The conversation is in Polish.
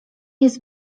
jest